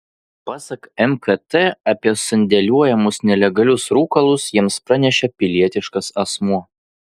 pasak mkt apie sandėliuojamus nelegalius rūkalus jiems pranešė pilietiškas asmuo